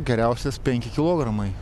geriausias penki kilogramai